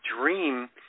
dream